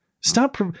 Stop